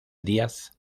díaz